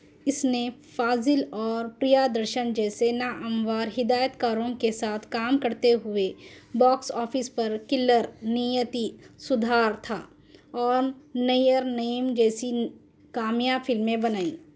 اس نے فاضل اور پریا درشن جیسے نامور ہدایت کاروں کے ساتھ کام کرتے ہوئے بوکس آفس پر کلر نیتی سدھارتھا اوم نیر نیم جیسی کامیاب فلمیں بنائیں